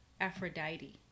Aphrodite